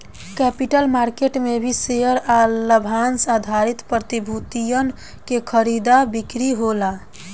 capital market में भी share आ लाभांस आधारित प्रतिभूतियन के खरीदा बिक्री होला